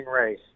race